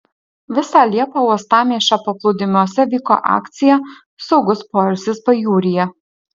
visą liepą uostamiesčio paplūdimiuose vyko akcija saugus poilsis pajūryje